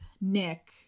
Nick